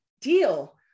deal